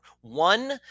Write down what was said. One